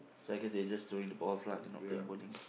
so I guess they just throwing the balls lah they not playing bowling